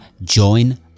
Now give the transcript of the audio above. Join